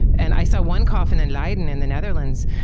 and i saw one coffin in leiden, in the netherlands,